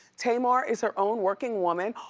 tamar is her own working woman,